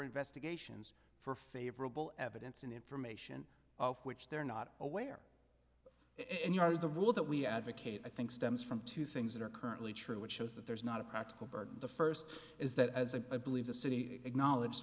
investigations for favorable evidence and information of which they're not aware and you are the rule that we advocate i think stems from two things that are currently true which shows that there's not a practical burden the first is that as a believe the city acknowledge